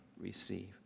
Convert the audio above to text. receive